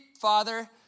Father